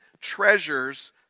treasures